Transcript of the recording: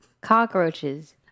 cockroaches